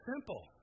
simple